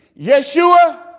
Yeshua